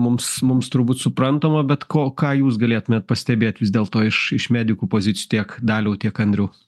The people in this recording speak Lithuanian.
mums mums turbūt suprantama bet ko ką jūs galėtumėt pastebėt vis dėlto iš iš medikų pozicijų tiek daliau tiek andriau